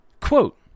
quote